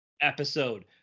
episode